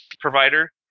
provider